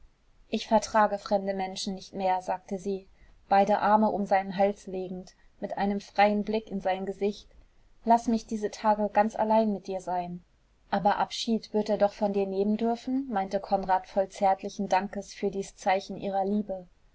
ich vertrage fremde menschen nicht mehr sagte sie beide arme um seinen hals legend mit einem freien blick in sein gesicht laß mich diese tage ganz allein mit dir sein aber abschied wird er doch von dir nehmen dürfen meinte konrad voll zärtlichen dankes für dies zeichen ihrer liebe